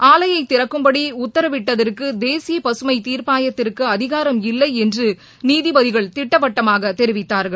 ஆலையை திறக்கும்படி உத்தரவிடுவதற்கு தேசிய பசுமை தீர்பாயத்திற்கு அதிகாரம் இல்லை என்று நீதிபதிகள் திட்டவட்டமாக தெரிவித்தார்கள்